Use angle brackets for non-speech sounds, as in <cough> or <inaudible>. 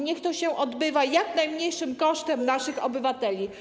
Niech to się odbywa jak najmniejszym kosztem <noise> naszych obywateli.